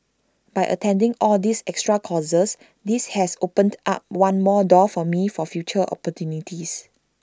by attending all these extra courses this has opened up one more door for me for future opportunities